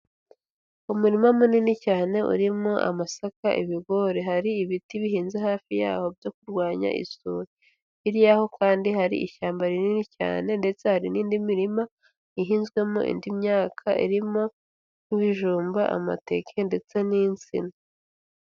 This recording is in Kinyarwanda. Umurima munini cyane urimo amasaka, ibigori, hari ibiti bihinze hafi yaho byo kurwanya isuri, hirya yaho kandi hari ishyamba rinini cyane, ndetse hari n'indi mirima ihinzwemo indi myaka irimo nk'ibijumba, amateke ndetse n'insina.